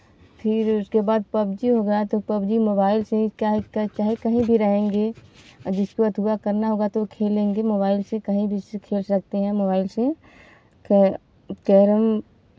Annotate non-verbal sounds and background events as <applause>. फिर उसके बाद पब्जी हो गया तो पब्जी मोबाइल से ही क्या चाहें कहीं भी रहेंगी और जिसको <unintelligible> हुआ करना होगा तो खेलेंगे मोबाइल से कहीं भी इसे खेल सकते हैं मोबाइल से कै कैरम